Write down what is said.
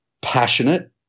passionate